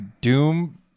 Doom